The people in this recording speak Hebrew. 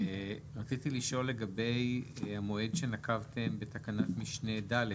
רציתי לשאול לגבי המועד שנקבתם בתקנת משנה (ד).